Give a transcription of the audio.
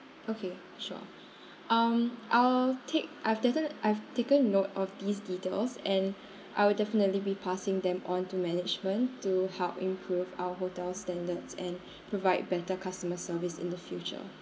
okay sure um I will take I've definite~ I've taken note of these details and I will definitely be passing them on to management to help improve our hotel standards and provide better customer service in the future